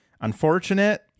unfortunate